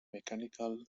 mechanical